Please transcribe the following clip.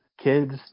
kids